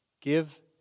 Give